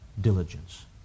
diligence